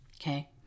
Okay